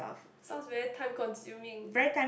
sounds very time consuming